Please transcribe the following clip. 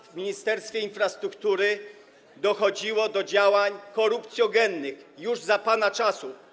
W Ministerstwie Infrastruktury nieraz dochodziło do działań korupcjogennych, już za pana czasów.